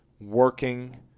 working